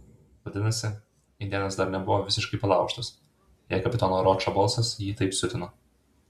vadinasi indėnas dar nebuvo visiškai palaužtas jei kapitono ročo balsas jį taip siutino